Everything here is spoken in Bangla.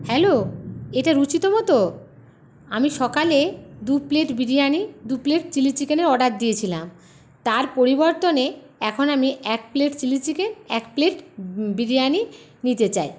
হ্যালো এটা রুচিতম তো আমি সকালে দু প্লেট বিরিয়ানি দু প্লেট চিলি চিকেনের অর্ডার দিয়েছিলাম তার পরিবর্তনে এখন আমি এক প্লেট চিলি চিকেন এক প্লেট বিরিয়ানি নিতে চাই